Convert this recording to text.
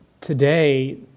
Today